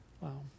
Wow